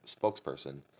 spokesperson